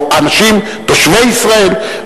או אנשים תושבי ישראל,